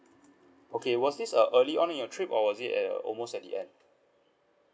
okay was this uh early on in your trip or was it at almost at the end